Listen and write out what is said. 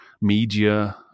media